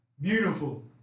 beautiful